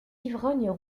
ivrognes